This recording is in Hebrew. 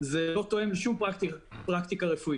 זה לא תואם לשום פרקטיקה רפואית.